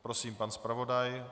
Prosím, pane zpravodaji.